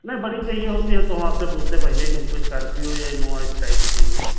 नहीं बड़ी चाहिए होती तो हम तो आपसे पूछते पहिले कि हमको स्कार्पियो या इनोवा इस टाइप की चाहिए